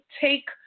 take